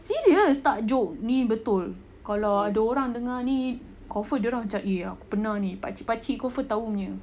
serious tak joke ni betul kalau ada orang dengar ni confirm dorang cakap aku pernah ni pak cik pak cik confirm tahu punya